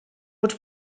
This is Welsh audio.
bod